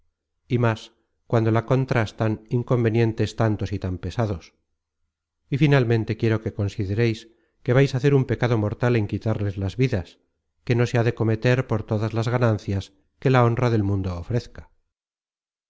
y más cuando la contrastan inconvenientes tantos y tan pesados y finalmente quiero que considereis que vais á hacer un pecado mortal en quitarles las vidas que no se ha de cometer por todas las ganancias que la honra del mundo ofrezca